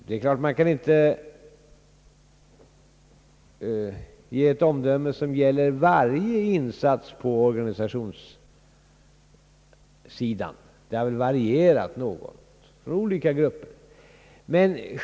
Man kan naturligtvis inte avge något omdöme som gäller varje insats på organisationssidan. Det har väl varierat något för olika grupper.